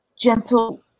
gentle